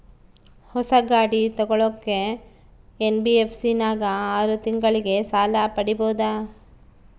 ಹೊಸ ಗಾಡಿ ತೋಗೊಳಕ್ಕೆ ಎನ್.ಬಿ.ಎಫ್.ಸಿ ನಾಗ ಆರು ತಿಂಗಳಿಗೆ ಸಾಲ ಪಡೇಬೋದ?